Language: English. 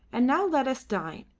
and now let us dine,